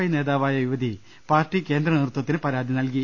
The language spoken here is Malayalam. ഐ നേതാവായ യുവതി പാർട്ടി കേന്ദ്രനേതൃത്വത്തിന് പരാതി നൽകി